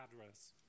address